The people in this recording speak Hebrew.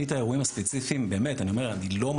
אני את האירועים הספציפיים באמת לא מכיר.